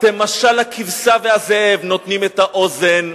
אתם משל הכבשה והזאב: נותנים את האוזן,